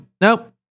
Nope